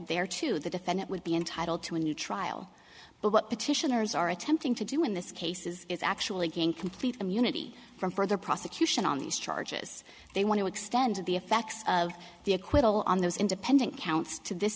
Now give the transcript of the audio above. there to the defendant would be entitled to a new trial but what petitioners are attempting to do in this case is actually going complete immunity from further prosecution on these charges they want to extend the effects of the acquittal on those independent counts to this